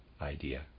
idea